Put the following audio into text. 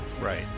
Right